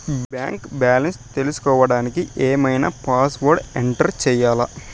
Bank balance తెలుసుకోవడానికి ఏమన్నా password enter చేయాలా?